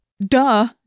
Duh